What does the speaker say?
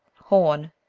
horn,